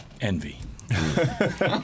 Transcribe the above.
envy